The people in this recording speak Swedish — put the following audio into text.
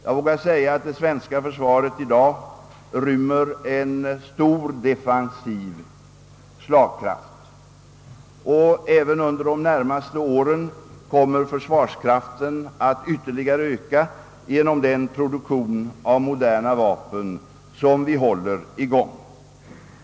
Jag anser, att det svenska försvaret i dag har en stor defensiv slagkraft, och under de närmaste åren kommer försvarskraften att ytterligare öka genom den produktion av moderna vapen som vi håller i gång.